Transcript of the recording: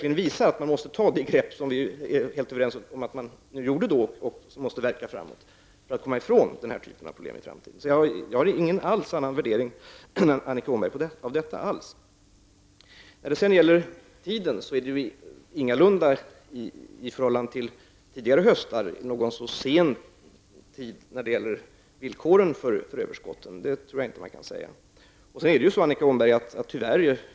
Detta visar verkligen att vi för att komma ifrån den här typen av problem i framtiden måste ta det grepp som vi är helt överens om och som verkar framåt. Jag har inte alls några andra värderingar än Annika Åhnberg i detta fall. När det sedan gäller tiden är det ingalunda i förhållande till tidigare höstar sent när det gäller villkoren för överskotten. Det är tyvärr så, Annika Åhnberg.